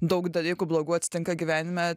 daug dalykų blogų atsitinka gyvenime